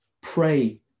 pray